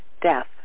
Death